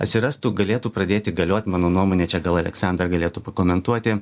atsirastų galėtų pradėti galiot mano nuomone čia gal aleksandra galėtų pakomentuoti